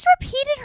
repeated